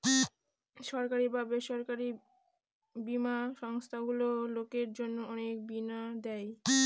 সরকারি বা বেসরকারি বীমা সংস্থারগুলো লোকের জন্য অনেক বীমা দেয়